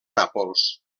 nàpols